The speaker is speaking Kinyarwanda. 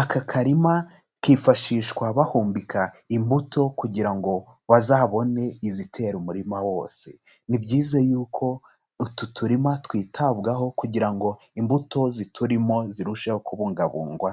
aka karima kifashishwa bahumbika imbuto kugira ngo bazabone izitera umurima wose, ni byiza yuko utu turima twitabwaho kugira ngo imbuto ziturimo zirusheho kubungabungwa.